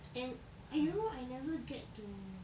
and you know I never get to